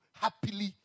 happily